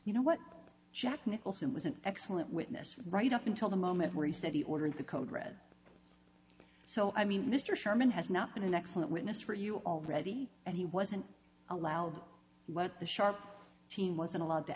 you know what jack nicholson was an excellent witness right up until the moment where he said he ordered the code red so i mean mr sherman has not been an excellent witness for you already and he wasn't allowed what the sharp team wasn't allowed to